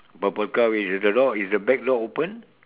purple car which is the door is the back door open